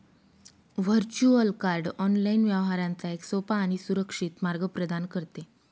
virtual card online व्यवहारांचा एक सोपा आणि सुरक्षित मार्ग प्रदान करते